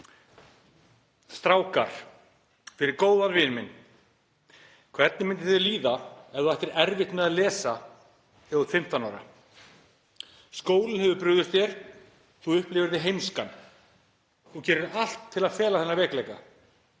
Strákar. Fyrir góðan vin minn. Hvernig myndi þér líða ef þú ættir erfitt með að lesa þegar þú ert 15 ára? Skólinn hefur brugðist þér, þú upplifir þig heimskan. Þú gerir allt til að fela þennan veikleika.